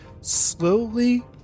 slowly